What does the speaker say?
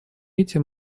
этим